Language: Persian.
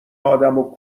آدمو